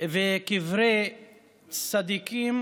וקברי צדיקים